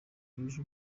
yuje